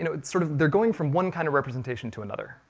you know sort of they're going from one kind of representation to another.